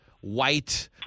white